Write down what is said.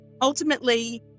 ultimately